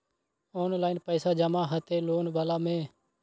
Online पैसा जमा हते लोन वाला में?